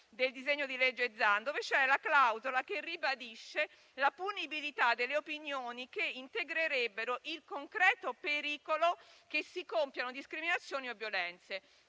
sull'articolo 4, che reca la clausola che ribadisce la punibilità delle opinioni che integrerebbero il concreto pericolo che si compiano discriminazioni e violenze.